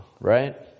right